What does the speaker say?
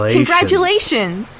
Congratulations